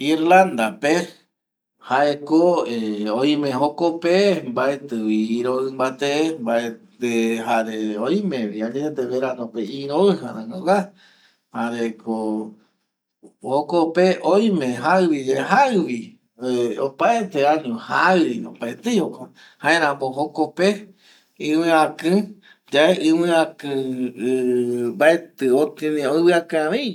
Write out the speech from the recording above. Irlanda pe ko jaeko oime jokope mbaeti vi iroi mbate ˂hesitation˃ jare oime vi añetete ironja rangagua jareko jokope oime jaivi ye jaivi opaete año jaivi opaetei jokua jaeramo jokope iviaki mbaeti oviakvie